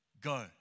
go